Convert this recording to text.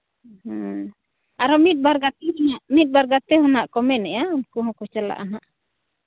ᱦᱮᱸ ᱟᱨᱦᱚᱸ ᱢᱤᱫ ᱵᱟᱨ ᱦᱟᱸᱜ ᱢᱤᱫ ᱵᱟᱨ ᱜᱟᱛᱮ ᱦᱮᱱᱟᱜ ᱠᱚᱣᱟ ᱢᱮᱱᱮᱜᱼᱟ ᱩᱱᱠᱩ ᱦᱚᱠᱚ ᱪᱟᱞᱟᱜᱼᱟ ᱦᱟᱸᱠ